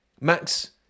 Max